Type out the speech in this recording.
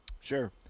Sure